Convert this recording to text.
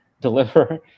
deliver